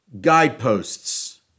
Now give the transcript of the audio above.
guideposts